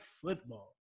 football